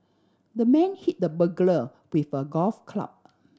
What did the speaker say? the man hit the burglar with a golf club